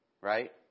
right